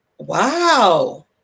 Wow